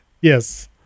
yes